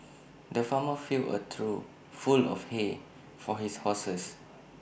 the farmer filled A trough full of hay for his horses